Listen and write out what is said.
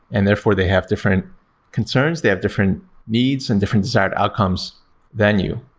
and therefore they have different concerns. they have different needs and different desired outcomes than you.